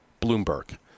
Bloomberg